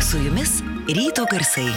su jumis ryto garsai